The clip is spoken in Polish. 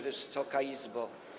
Wysoka Izbo!